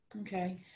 Okay